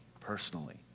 personally